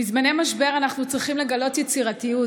בזמני משבר אנחנו צריכים לגלות יצירתיות,